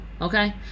Okay